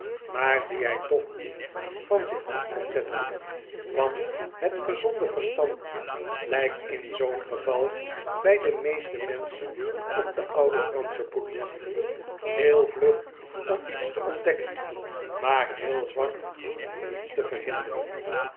maar die hij toch niet van zich af kon zetten want net gezonde verstand lijkt in zoo'n geval bij de meeste menschen op de oude fransche politie heel vlug om iets te ontdekken maar heel zwak om iets te verhinderen